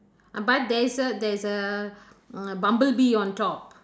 but there is a there is a bumblebee on top